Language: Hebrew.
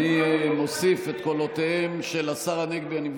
אני מוסיף את קולותיהם של השר הנגבי והשר אמסלם,